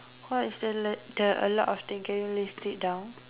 what is the l~ the a lot of thing can you list it down